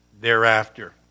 thereafter